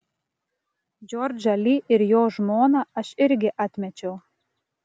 džordžą li ir jo žmoną aš irgi atmečiau